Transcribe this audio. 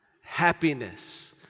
happiness